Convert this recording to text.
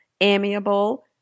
amiable